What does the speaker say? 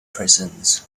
prisons